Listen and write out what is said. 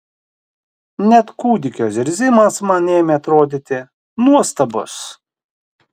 net kūdikio zirzimas man ėmė atrodyti nuostabus